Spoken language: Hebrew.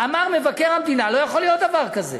אמר מבקר המדינה: לא יכול להיות דבר כזה.